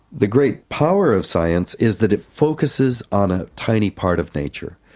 the great power of science is that it focuses on a tiny part of nature.